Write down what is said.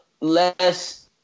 less